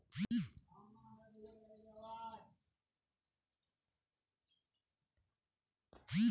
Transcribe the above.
UP pension योजना में वृद्धजन को कितनी रूपये देने का वादा किया गया है?